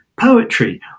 poetry